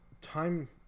time